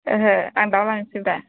ओहो आं दाउ लांनोसै ब्रा